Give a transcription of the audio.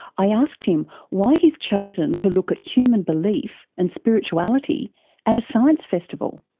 i asked him why he's chosen to look at human belief and spirituality at a science festival.